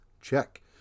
Check